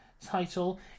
title